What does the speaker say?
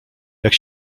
jak